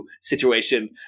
situation